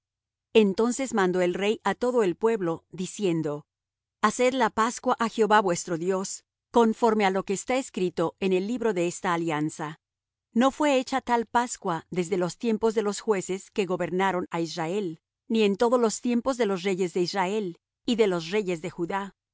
entonces mandó el rey á todo el pueblo diciendo haced la pascua á jehová vuestro dios conforme á lo que está escrito en el libro de esta alianza no fué hecha tal pascua desde los tiempos de los jueces que gobernaron á israel ni en todos los tiempos de los reyes de israel y de los reyes de judá